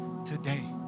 today